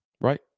right